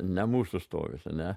ne mūsų stovis ane